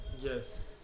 Yes